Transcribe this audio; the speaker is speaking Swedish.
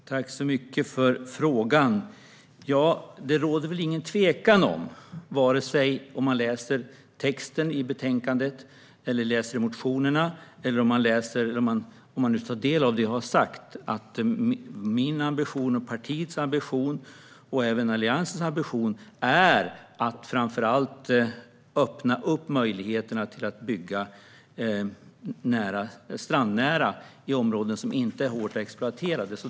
Fru talman! Tack så mycket för frågan! Det råder väl inget tvivel om, vare sig man läser texten i betänkandet, läser motionerna eller tar del av det jag har sagt, att min och partiets ambition och även Alliansens ambition är att framför allt öppna upp möjligheter att bygga strandnära i områden som inte är hårt exploaterade.